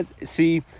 see